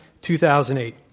2008